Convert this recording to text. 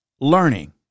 Learning